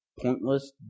pointless